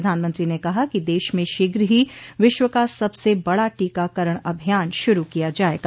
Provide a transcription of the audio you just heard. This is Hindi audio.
प्रधानमंत्री ने कहा कि देश में शीघ्र ही विश्व का सबसे बड़ा टीकाकरण अभियान शुरू किया जायेगा